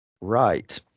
right